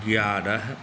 एगारह